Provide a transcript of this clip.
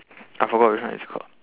I forgot which one it's called